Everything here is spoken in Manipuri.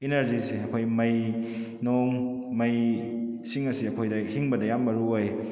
ꯏꯅꯔꯖꯤꯁꯦ ꯑꯩꯈꯣꯏ ꯃꯩ ꯅꯨꯡ ꯃꯩ ꯁꯤꯡ ꯑꯁꯦ ꯑꯩꯈꯣꯏꯗ ꯍꯤꯡꯕꯗ ꯌꯥꯝ ꯃꯔꯨ ꯑꯣꯏ